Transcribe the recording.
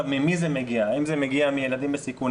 ממי זה מגיע - האם זה מגיע מילדים בסיכון,